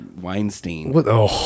Weinstein